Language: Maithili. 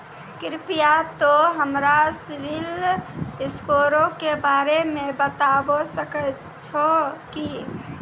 कृपया तोंय हमरा सिविल स्कोरो के बारे मे बताबै सकै छहो कि?